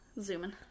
zooming